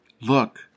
Look